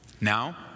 Now